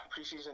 preseason